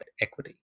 equity